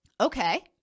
okay